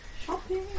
Shopping